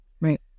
right